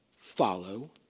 follow